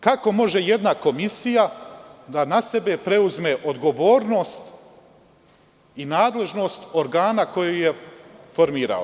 Kako može jedna komisija da na sebe preuzme odgovornost i nadležnost organa koji je formirao?